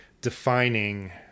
defining